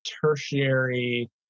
tertiary